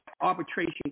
arbitration